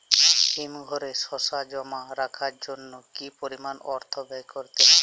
হিমঘরে শসা জমা রাখার জন্য কি পরিমাণ অর্থ ব্যয় করতে হয়?